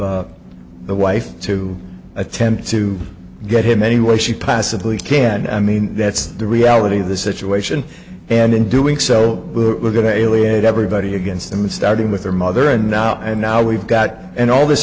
the wife to attempt to get him any way she passively can i mean that's the reality of the situation and in doing so we're going to alienate everybody against him starting with her mother and now and now we've got and all this